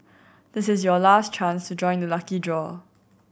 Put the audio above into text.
this is your last chance to join the lucky draw